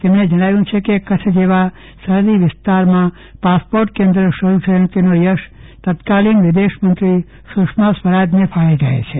તેમણે જણાવ્યું છે કે કચ્છ જેવા સરહદી વિસ્તારમાં પાસપોર્ટ કેન્દ્ર શરૂ થયું તેનો યશ તત્કાલીન વિદેશમંત્રી સુષ્મા સ્વરાજને ફાળે જાય છે